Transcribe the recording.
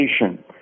Education